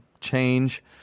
change